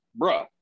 Bruh